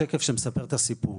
זה השקף שמספר את הסיפור.